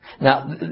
Now